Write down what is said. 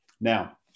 Now